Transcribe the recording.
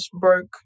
broke